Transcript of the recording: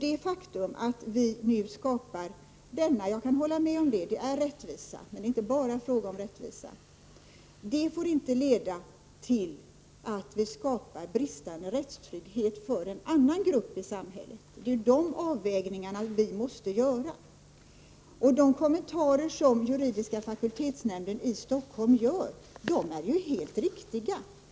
Det faktum att vi nu beslutar om ändringar — jag håller med om att det är rättvist, men det är inte bara fråga om rättvisa — får inte leda till att vi skapar bristande rättstrygghet för en annan grupp i samhället. Det är sådana avvägningar som vi måste göra. Den juridiska fakultetsnämndens i Stockholm kommentarer är ju helt riktiga.